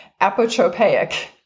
Apotropaic